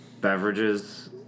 Beverages